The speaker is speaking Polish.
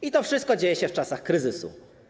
I to wszystko dzieje się w czasach kryzysu.